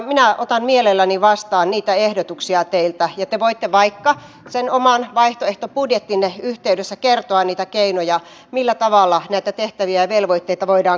minä otan mielelläni vastaan niitä ehdotuksia teiltä ja te voitte vaikka sen oman vaihtoehtobudjettinne yhteydessä kertoa niitä keinoja millä tavalla näitä tehtäviä ja velvoitteita voidaan karsia